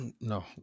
no